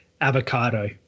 avocado